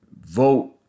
vote